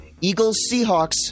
Eagles-Seahawks